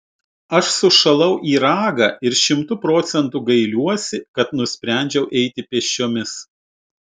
aš sušalau į ragą ir šimtu procentų gailiuosi kad nusprendžiau eiti pėsčiomis